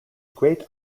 great